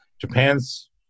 Japan's